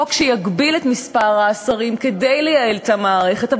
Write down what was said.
חוק שיגביל את מספר השרים כדי לייעל את המערכת,